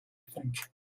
think